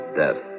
death